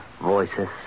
voices